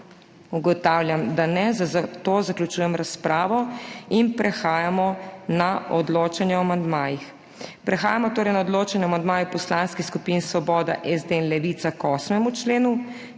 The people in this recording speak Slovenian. Ugotavljam, da ne, zato zaključujem razpravo in prehajamo na odločanje o amandmajih. Prehajamo na odločanje o amandmaju poslanskih skupin Svoboda, SD in Levica k 8. členu.